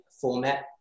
format